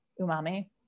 umami